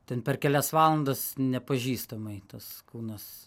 ten per kelias valandas nepažįstamai tas kūnas